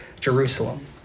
Jerusalem